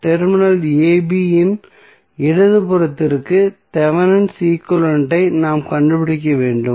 terminal ab இன் இடதுபுறத்திற்கு Thevenin equivalent ஐ நாம் கண்டுபிடிக்க வேண்டும்